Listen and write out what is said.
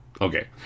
okay